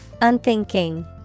Unthinking